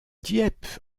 dieppe